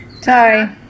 Sorry